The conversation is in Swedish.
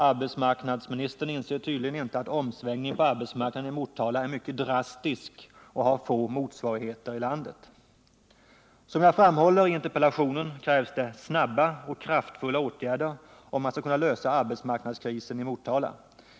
Arbetsmarknadsministern inser tydligen inte att omsvängningen på arbetsmarknaden i Motala är mycket drastisk och har få motsvarigheter i landet. Som jag framhåller i interpellationen krävs det snabba och kraftfulla åtgärder om man skall kunna lösa arbetsmarknadskrisen i Motala.